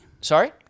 Sorry